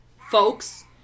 folks